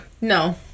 no